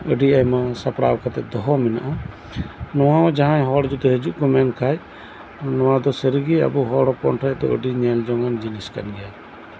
ᱟᱹᱰᱤ ᱟᱭᱢᱟ ᱥᱟᱯᱲᱟᱣ ᱠᱟᱛᱮᱫ ᱫᱚᱦᱚ ᱢᱮᱱᱟᱜᱼᱟ ᱱᱚᱣᱟ ᱨᱮ ᱡᱟᱦᱟᱸᱭ ᱦᱚᱲ ᱡᱚᱫᱤ ᱦᱤᱡᱩᱜ ᱠᱩ ᱢᱮᱱᱠᱷᱟᱡ ᱱᱚᱣᱟ ᱫᱚ ᱥᱟᱹᱨᱤᱜᱤ ᱟᱵᱩ ᱦᱚᱲ ᱦᱚᱯᱚᱱ ᱴᱷᱮᱱ ᱫᱚ ᱟᱹᱰᱤ ᱧᱮᱞ ᱡᱚᱝ ᱟᱱ ᱡᱤᱱᱤᱥ ᱠᱟᱱ ᱜᱮᱭᱟ